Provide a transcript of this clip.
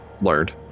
learned